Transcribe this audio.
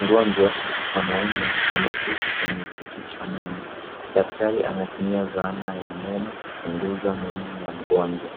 Mgonjwa mwanaume ameketi kwenye kiti cha meno. Daktari anatumia zana ya meno kuchunguza meno ya mgonjwa.